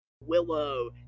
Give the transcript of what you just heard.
Willow